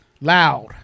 Loud